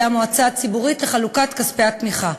המועצה הציבורית לחלוקת כספי התמיכה.